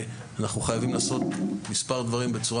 שאנחנו חייבים לעשות מספר דברים בצורה